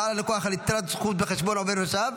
(הודעה ללקוח על יתרת זכות בחשבון עובר ושב),